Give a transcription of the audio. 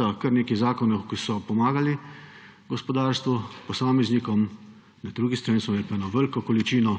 za kar nekaj zakonov, ki so pomagali gospodarstvu, posameznikom, na drugi strani smo imeli pa veliko količino